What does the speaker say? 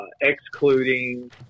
excluding